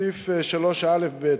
סעיף 3א(ב).